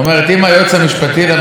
היית לפני חצי שנה,